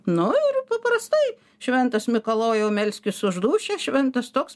nu ir paprastai šventas mikalojau melskis už dūšią šventas toks